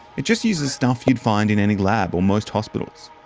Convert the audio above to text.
it just uses stuff you'd find in any lab or most hospitals.